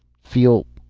feel.